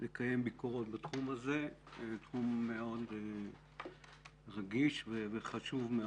לקיים ביקורות בתחום הזה, תחום מאוד רגיש וחשוב.